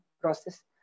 process